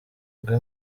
rwe